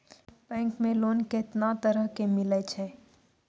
Bank मे loan कैतना तरह के मिलै छै?